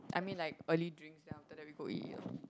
I mean like early drinks then after that we go eat